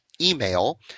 email